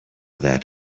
that